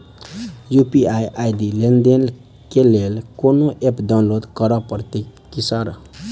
UPI ID लेनदेन केँ लेल कोनो ऐप डाउनलोड करऽ पड़तय की सर?